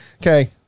Okay